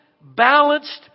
balanced